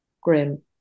grim